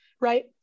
right